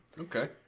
Okay